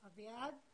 אביעד,